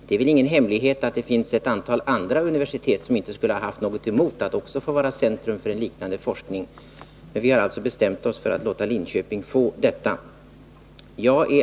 Det är väl ingen hemlighet att det finns ett antal andra universitet som inte skulle ha något emot att också få vara centra för en liknande forskning, men vi har alltså bestämt oss för att låta Linköping få denna forskning.